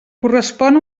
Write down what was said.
correspon